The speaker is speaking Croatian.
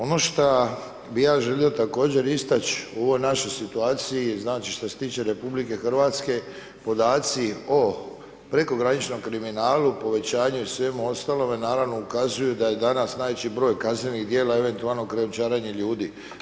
Ono šta bi ja želio također istaći u ovoj naš situaciji, znači što se tiče RH, podaci o prekograničnom kriminalu, povećanju i svemu ostalome naravno ukazuju da je i danas najveći brij kaznenih djela eventualno krijumčarenje ljudi.